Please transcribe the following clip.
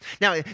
Now